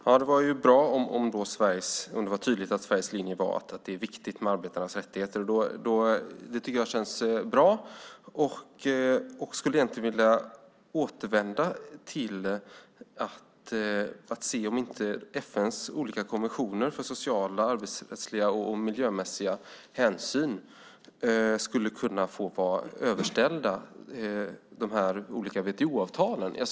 Fru talman! Det är ju bra om det är tydligt att Sveriges linje är att det är viktigt med arbetarnas rättigheter. Det tycker jag känns bra. Jag vill återvända till att se om inte FN:s olika konventioner för sociala, arbetsrättsliga och miljömässiga hänsyn skulle kunna få vara överställda de olika WTO-avtalen.